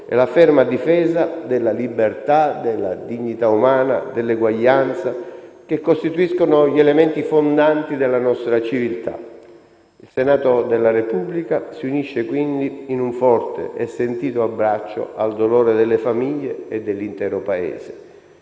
e la ferma difesa della libertà, della dignità umana, dell'eguaglianza, che costituiscono gli elementi fondanti della nostra civiltà. Il Senato della Repubblica si unisce, quindi, in un forte e sentito abbraccio al dolore delle famiglie e dell'intero Paese.